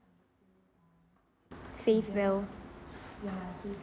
save well